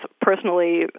personally